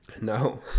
No